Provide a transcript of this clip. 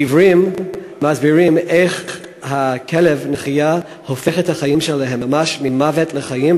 העיוורים מסבירים איך כלב הנחייה הופך את החיים שלהם ממש ממוות לחיים,